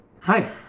Hi